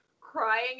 crying